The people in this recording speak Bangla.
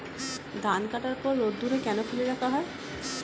ধান কাটার পর রোদ্দুরে কেন ফেলে রাখা হয়?